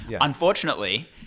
Unfortunately